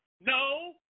No